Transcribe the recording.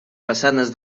façanes